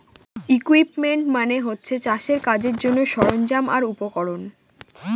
equipment মানে হচ্ছে চাষের কাজের জন্যে সরঞ্জাম আর উপকরণ